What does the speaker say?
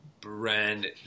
brand